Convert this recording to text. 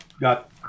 got –